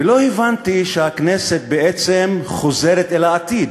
ולא הבנתי שהכנסת בעצם חוזרת אל העתיד